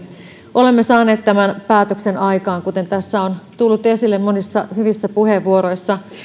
olemme saaneet tämän päätöksen aikaan kuten tässä on tullut esille monissa hyvissä puheenvuoroissa